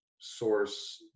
source